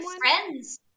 friends